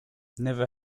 never